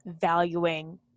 valuing